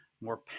more